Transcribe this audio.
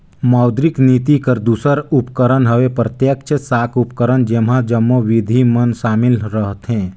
मौद्रिक नीति कर दूसर उपकरन हवे प्रत्यक्छ साख उपकरन जेम्हां जम्मो बिधि मन सामिल रहथें